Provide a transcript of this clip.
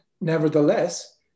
nevertheless